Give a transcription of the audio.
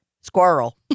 squirrel